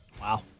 Wow